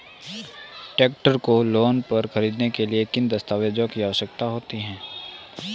Tractor को loan पर खरीदने के लिए किन दस्तावेज़ों की आवश्यकता होती है?